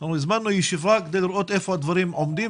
הזמנו ישיבה כדי לראות איפה הדברים עומדים